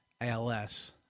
ALS